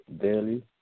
daily